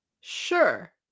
Sure